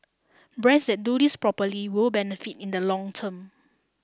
brands that do this properly will benefit in the long term